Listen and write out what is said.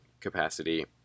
capacity